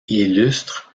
illustre